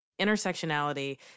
Intersectionality